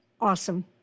Awesome